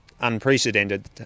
unprecedented